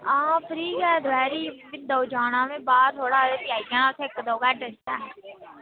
आं फ्री गै दपैह्रीं एह् बाहर जाना थोह्ड़ा ते आई जाना भी इक्क दौ घैंटे च गै